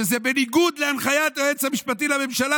שזה בניגוד להנחיית היועץ המשפטי לממשלה,